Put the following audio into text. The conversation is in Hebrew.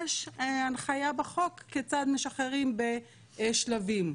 יש הנחיה בחוק כיצד משחררים בשלבים.